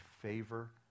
favor